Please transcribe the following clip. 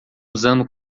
usando